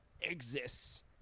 exists